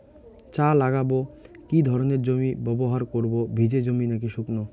চা লাগাবো কি ধরনের জমি ব্যবহার করব ভিজে জমি নাকি শুকনো?